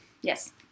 Yes